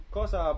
cosa